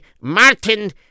Martin